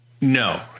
No